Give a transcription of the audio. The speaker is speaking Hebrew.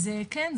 אז כן,